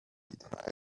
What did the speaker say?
pride